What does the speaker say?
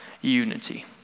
unity